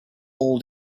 all